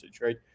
right